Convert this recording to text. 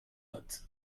not